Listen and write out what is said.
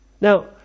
Now